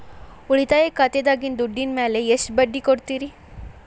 ಉಳಿತಾಯ ಖಾತೆದಾಗಿನ ದುಡ್ಡಿನ ಮ್ಯಾಲೆ ಎಷ್ಟ ಬಡ್ಡಿ ಕೊಡ್ತಿರಿ?